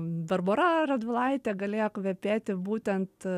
barbora radvilaitė galėjo kvepėti būtent